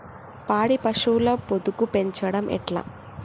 పాడి పశువుల పొదుగు పెంచడం ఎట్లా?